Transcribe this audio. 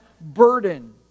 burden